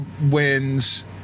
wins